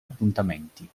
appuntamenti